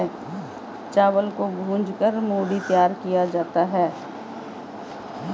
चावल को भूंज कर मूढ़ी तैयार किया जाता है